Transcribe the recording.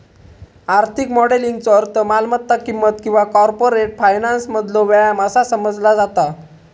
आर्थिक मॉडेलिंगचो अर्थ मालमत्ता किंमत किंवा कॉर्पोरेट फायनान्समधलो व्यायाम असा समजला जाता